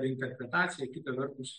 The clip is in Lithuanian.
interpretacija kita vertus